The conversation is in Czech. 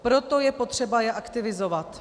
Proto je potřeba je aktivizovat.